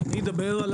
אני אדבר על